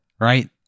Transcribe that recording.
Right